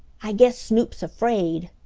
i guess snoop's afraid,